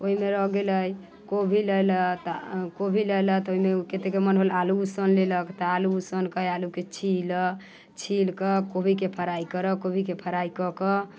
ओल हो गेलै कोबी लए लऽ तऽ कोभी लए लऽ तऽ तकर मन भेलै तऽ आलू उसनि लेलक तऽ आलू उसनि कऽ आलूकेँ छीलह छील कऽ कोबीकेँ फ्राइ करह कोबीकेँ फ्राइ कऽ कऽ